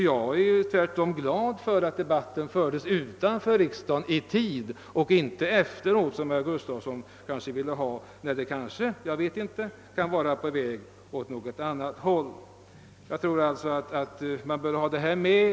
Jag är glad för att den debatten fördes i god tid utanför riksdagen — inte efter debatten här i riksdagen som herr Gustafsson i Skellefteå önskade när vi kanske redan var på väg åt annat håll. Den saken tycker jag också man skall ta med.